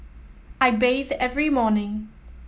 I bathe every morning